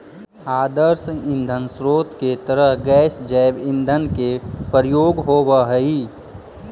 आदर्श ईंधन स्रोत के तरह गैस जैव ईंधन के प्रयोग होवऽ हई